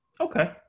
okay